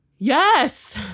Yes